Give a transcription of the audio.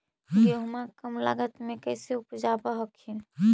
गेहुमा कम लागत मे कैसे उपजाब हखिन?